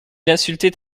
insultait